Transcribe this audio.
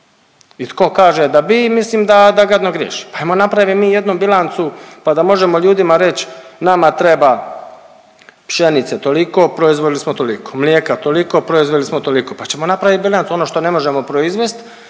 I tko kaže da bi mislim da gadno griješi. Pa hajmo napravit mi jednu bilancu, pa da možemo ljudima reći nama treba pšenice toliko, proizveli smo toliko, mlijeka toliko, proizveli smo toliko pa ćemo napravit bilancu. Ono što ne možemo proizvesti